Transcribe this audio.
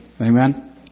Amen